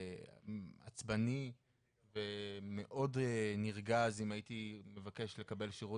עצבני ומאוד נרגז אם הייתי מבקש לקבל שירות